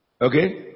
Okay